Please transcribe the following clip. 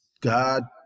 God